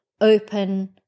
open